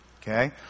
Okay